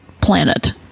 planet